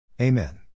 Amen